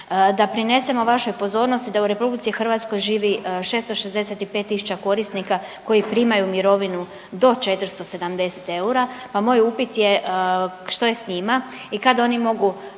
Da prinesemo vašoj pozornosti da u RH živi 665 tisuća korisnika koji primaju mirovinu do 470 eura pa moj upit je što je s njima i kad oni mogu